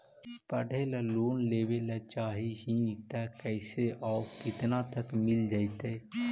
पढ़े ल लोन लेबे ल चाह ही त कैसे औ केतना तक मिल जितै?